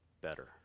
better